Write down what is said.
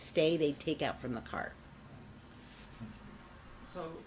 stay they take out from the car so